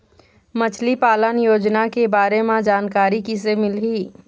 मछली पालन योजना के बारे म जानकारी किसे मिलही?